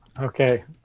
Okay